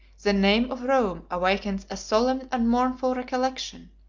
the name of rome awakens a solemn and mournful recollection.